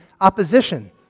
opposition